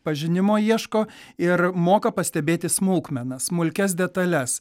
pažinimo ieško ir moka pastebėti smulkmenas smulkias detales